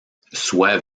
soit